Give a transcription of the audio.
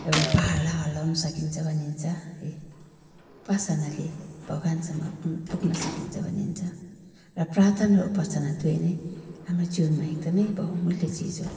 एउटा पहाडलाई हल्लाउन सकिन्छ भनिन्छ है उपासनाले भगवानसम्म पुग्न सकिन्छ भनिन्छ र प्रार्थना र उपासना दुई नै हाम्रो जीवनमा एकदमै बहुमुल्य चिज हो